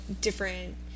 different